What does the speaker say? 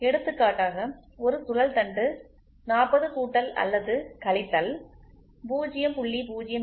எடுத்துக்காட்டாக ஒரு சுழல் தண்டு 40 கூட்டல் அல்லது கழித்தல் 0